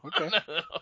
okay